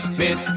miss